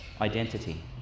identity